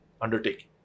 undertaking